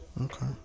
okay